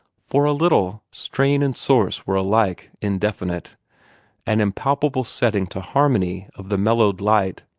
for a little, strain and source were alike indefinite an impalpable setting to harmony of the mellowed light,